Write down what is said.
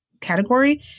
category